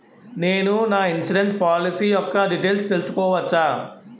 నేను నా insurance policy యెక్క డీటైల్స్ తెల్సుకోవచ్చా?